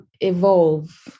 evolve